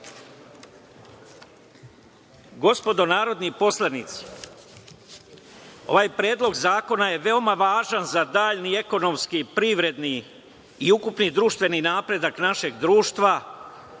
stoje. Gospodo narodni poslanici, ovaj predlog zakona je veoma važan za dalji ekonomski, privredni i ukupni društveni napredak našeg društva.